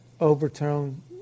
overturn